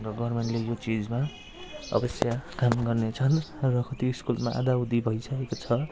र गभर्मेन्टले यो चिजमा अवश्य काम गर्नेछन् र कति स्कुलमा आधाउधी भइसकेको छ